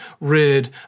rid